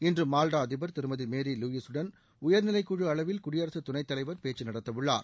இன்று மால்டா அதிபர் திருமதி மேரி லுாயிஸூடன் உயர்நிலைக்குழு அளவில் குடியரசு துணைத்தலைவர் பேச்சு நடத்தவுள்ளார்